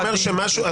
באמת.